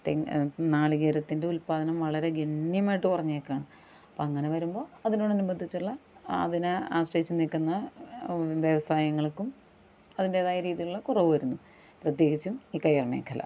തെങ്ങ് നാളികേരത്തിന്റെ ഉല്പാദനം വളരെ ഗണ്യമായിട്ട് കുറഞ്ഞേക്കുവാണ് അപ്പോൾ അങ്ങനെ വരുമ്പോൾ അതിനോട് അനുബന്ധിച്ചുള്ള അതിനെ ആശ്രയിച്ച് നിൽക്കുന്ന വ്യവസായങ്ങള്ക്കും അതിൻറ്റേതായ രീതിയിലുള്ള കുറവ് വരുന്നു പ്രത്യേകിച്ചും ഈ കയറ് മേഖല